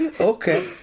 okay